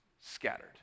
scattered